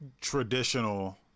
traditional